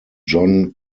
john